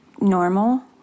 normal